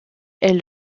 est